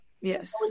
Yes